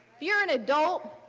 you're an adult,